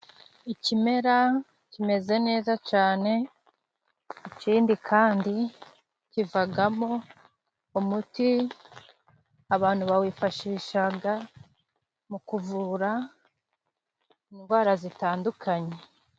Ikimera kimeze neza cyane. Ikindi kandi kivamo umuti, abantu bawifashisha mu kuvura indwara zitandukanye.